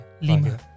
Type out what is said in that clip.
Lima